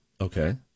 Okay